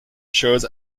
shows